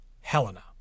Helena